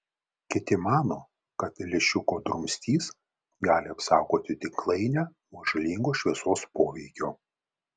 kiti mano kad lęšiuko drumstys gali apsaugoti tinklainę nuo žalingo šviesos poveikio